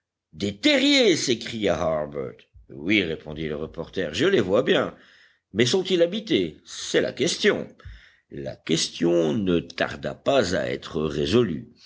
des terriers s'écria harbert oui répondit le reporter je les vois bien mais sont-ils habités c'est la question la question ne tarda pas à être résolue